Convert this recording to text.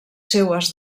seues